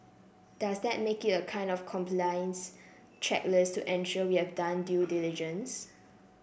does that make it a kind of compliance checklist to ensure we have done due diligence